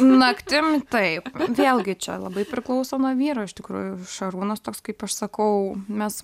naktim tai vėlgi čia labai priklauso nuo vyro iš tikrųjų šarūnas toks kaip aš sakau mes